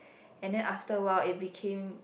and then after a while it became